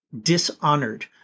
dishonored